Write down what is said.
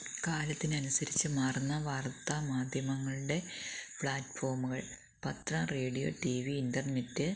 കാലത്തിനനുസരിച്ച് മാറുന്ന വാര്ത്താമാധ്യമങ്ങളുടെ പ്ലാറ്റ്ഫോമുകൾ പത്രം റേഡിയോ ടി വി ഇന്റെര്നെറ്റ്